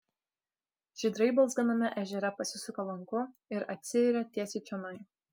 žydrai balzganame ežere pasisuka lanku ir atsiiria tiesiai čionai